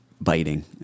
biting